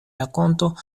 rakonto